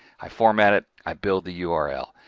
i format it, i build the yeah url.